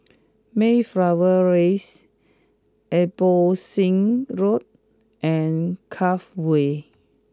Mayflower Raise Abbotsingh Road and Cove Way